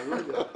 אני לא יודע.